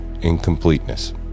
incompleteness